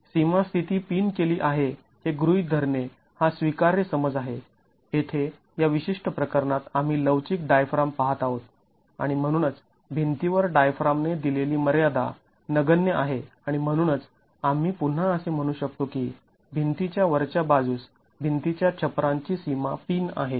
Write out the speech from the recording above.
तर सीमा स्थिती पिन केली आहे हे गृहीत धरणे हा स्वीकार्य समज आहे येथे या विशिष्ट प्रकरणात आम्ही लवचिक डायफ्राम पाहत आहोत आणि म्हणूनच भिंतीवर डायफ्रामने दिलेली मर्यादा नगण्य आहे आणि म्हणूनच आम्ही पुन्हा असे म्हणू शकतो की भिंती च्या वरच्या बाजूस भिंती च्या छप्परांची सीमा पिन आहे